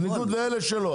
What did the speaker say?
בניגוד לאלה שלא.